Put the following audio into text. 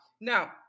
Now